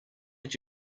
did